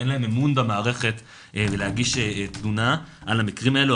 אין להם אמון במערכת ולהגיש תלונה על המקרים האלו.